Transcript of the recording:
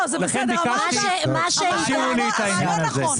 לא, זה בסדר, הרעיון נכון.